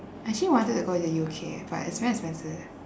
actually wanted to go to U_K but it's very expensive